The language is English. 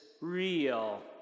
real